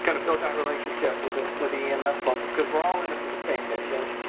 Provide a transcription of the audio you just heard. kind of build that relationship with ah with the ems folks because we're all in it for the same mission.